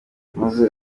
maze